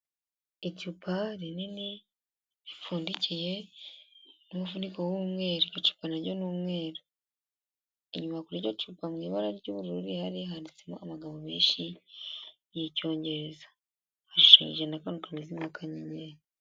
Icupa rinini ripfundikiye n'umufuniko w'umweru, iryo cupa naryo n'umweru, inyuma kuri iryo cupa mu ibara ry'ubururu rihari handitsemo amagambo menshi y'icyongereza, hashushanyije n'akantu kameze nk'akanyenyeri.